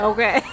Okay